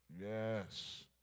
Yes